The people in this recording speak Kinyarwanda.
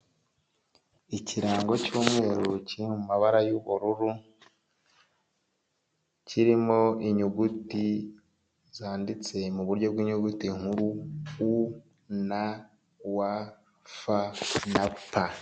Ikirango cy'umweru kiri mu mabara y'ubururu, kirimo inyuguti zanditse mu buryo bw'inyuguti nkuru UN WF na P.